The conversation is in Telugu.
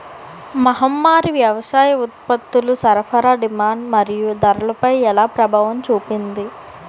మహమ్మారి వ్యవసాయ ఉత్పత్తుల సరఫరా డిమాండ్ మరియు ధరలపై ఎలా ప్రభావం చూపింది?